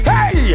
Hey